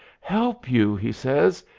help, you! he says.